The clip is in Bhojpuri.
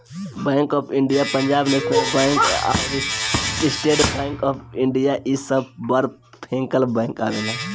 bank of India, Punjab national bank अउरी स्टेट बैंक ऑफ़ इंडिया इ सब बड़ बैंकन में आवेला